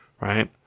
right